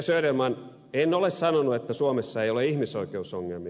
söderman en ole sanonut että suomessa ei ole ihmisoikeusongelmia